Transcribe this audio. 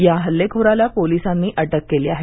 या हल्लेखोराला पोलिसांनी अटक केली आहे